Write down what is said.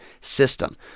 system